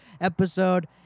episode